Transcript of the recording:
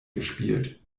gespielt